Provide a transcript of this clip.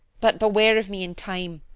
but beware of me in time,